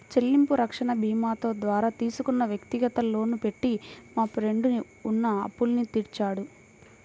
చెల్లింపు రక్షణ భీమాతో ద్వారా తీసుకున్న వ్యక్తిగత లోను పెట్టి మా ఫ్రెండు ఉన్న అప్పులన్నీ తీర్చాడు